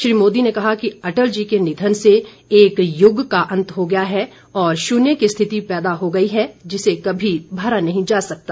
श्री मोदी ने कहा कि अटल जी के निधन से एक यूग का अंत हो गया है और शून्य की स्थिति पैदा हो गई है जिसे कभी भरा नहीं जा सकता